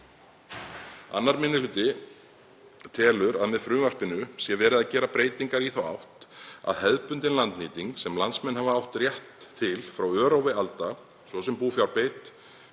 Annar minni hluti telur að með frumvarpinu sé verið að gera breytingar í þá átt að hefðbundin landnýting sem landsmenn hafa átt rétt til frá örófi alda, svo sem búfjárbeit,